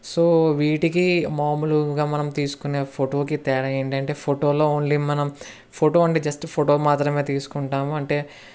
so వీటికి మామూలుగా మనం తీసుకునే ఫోటోకి తేడా ఏంటి అంటే ఫోటోలో ఓన్లీ మనం ఫోటో అంటే జస్ట్ ఫోటో మాత్రమే తీసుకుంటాము అంటే